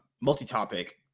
multi-topic